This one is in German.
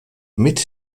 mit